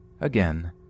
Again